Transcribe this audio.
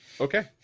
Okay